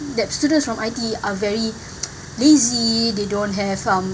that students from I_T_E are very lazy they don't have um